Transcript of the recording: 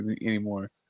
anymore